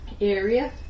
area